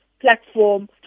Platform